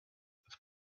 with